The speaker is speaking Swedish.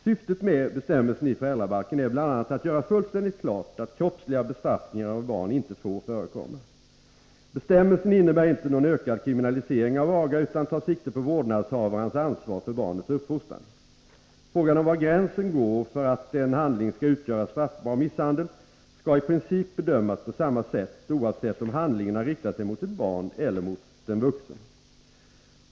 Syftet med bestämmelsen i föräldrabalken är bl.a. att göra fullständigt klart att kroppsliga bestraffningar av barn inte får förekomma. Bestämmelsen innebär inte någon ökad kriminalisering av aga utan tar sikte på vårdnadshavarens ansvar för barnets uppfostran. Frågan om var gränsen går för att en handling skall utgöra straffbar misshandel skall i princip bedömas på samma sätt, oavsett om handlingen har riktat sig mot ett barn eller mot en vuxen.